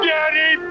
Daddy